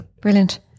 brilliant